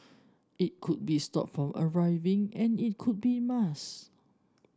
it could be stopped from arriving and it could be mask